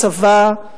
צבא,